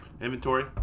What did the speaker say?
Inventory